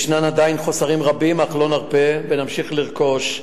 ישנם עדיין חוסרים רבים, אך לא נרפה ונמשיך לרכוש.